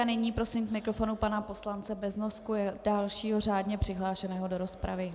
A nyní prosím k mikrofonu pana poslance Beznosku, dalšího řádně přihlášeného do rozpravy.